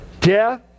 Death